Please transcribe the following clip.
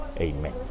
amen